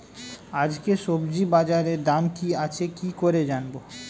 আজকে সবজি বাজারে দাম কি আছে কি করে জানবো?